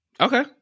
Okay